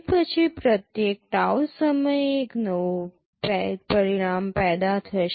તે પછી પ્રત્યેક tau સમયે એક નવું પરિણામ પેદા થશે